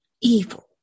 evil